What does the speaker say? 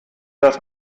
das